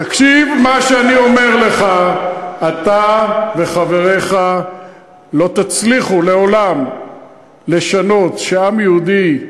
תקשיב מה שאני אומר לך: אתה וחבריך לעולם לא תצליחו לשנות שעם יהודי,